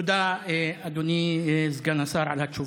תודה, אדוני סגן השר, על התשובה.